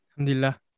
Alhamdulillah